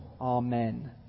Amen